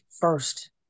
first